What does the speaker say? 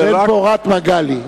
בן פורת מגלי.